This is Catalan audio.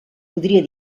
podria